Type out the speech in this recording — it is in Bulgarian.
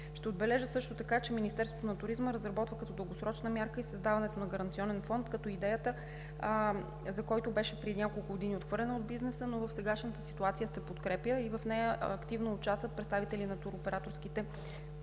Ще отбележа също така, че Министерството на туризма разработва като дългосрочна мярка създаването и на Гаранционен фонд. Преди няколко години идеята беше отхвърлена от бизнеса, но в сегашната ситуация се подкрепя и в нея активно участват представители на туроператорските организации